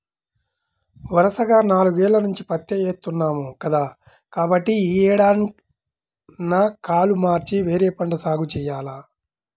వరసగా నాలుగేల్ల నుంచి పత్తే ఏత్తన్నాం కదా, కాబట్టి యీ ఏడన్నా కాలు మార్చి వేరే పంట సాగు జెయ్యాల